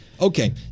Okay